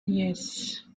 yes